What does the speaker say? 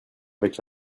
avec